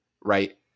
right